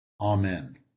Amen